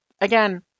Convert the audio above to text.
again